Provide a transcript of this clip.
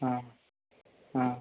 हाँ हाँ